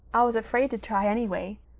i was afraid to try, anyway,